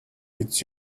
it’s